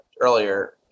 earlier